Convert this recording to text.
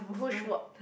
push work